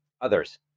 others